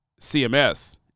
CMS